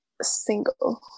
single